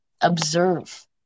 observe